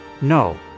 No